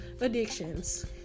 addictions